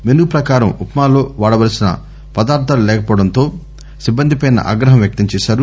menu పకారం ఉప్మాలో వాడవలసిన పదార్థాలు లేకపోవడంతో సిబ్బందిపై ఆగ్రహం వ్యక్తం చేశారు